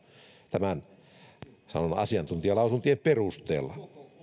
tämän sanon asiantuntijalausuntojen perusteella